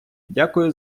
дякую